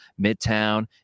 Midtown